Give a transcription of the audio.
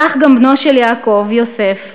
כך גם בנו של יעקב, יוסף,